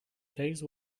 days